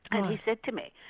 and he said to me,